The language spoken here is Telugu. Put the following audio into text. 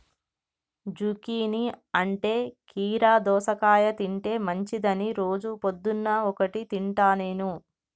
జుకీనీ అంటే కీరా దోసకాయ తింటే మంచిదని రోజు పొద్దున్న ఒక్కటి తింటా నేను